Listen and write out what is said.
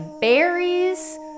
berries